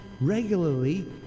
regularly